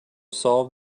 solved